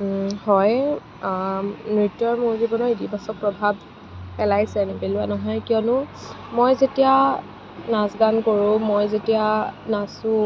হয় নৃত্যই মোৰ জীৱনত ইতিবাচক প্ৰভাৱ পেলাইছে নেপেলোৱা নহয় কিয়নো মই যেতিয়া নাচ গান কৰোঁ মই যেতিয়া নাচোঁ